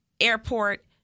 airport